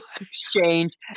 exchange